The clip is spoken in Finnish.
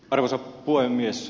arvoisa puhemies